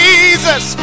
Jesus